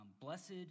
Blessed